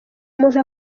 umuntu